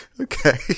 Okay